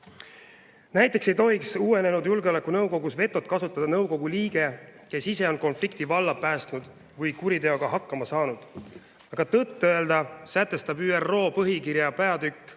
Näiteks ei tohiks uuenenud julgeolekunõukogus vetot kasutada nõukogu liige, kes ise on konflikti valla päästnud või kuriteoga hakkama saanud. Tõtt-öelda sätestab ÜRO põhikirja V peatüki